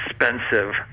expensive